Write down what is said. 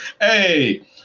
Hey